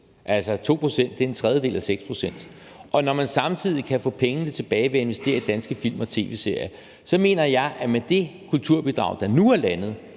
altså, 2 pct. er en tredjedel af 6 pct., og når man samtidig kan få pengene tilbage ved at investere i danske film og tv-serier, så mener jeg, at med det kulturbidrag, der nu er landet,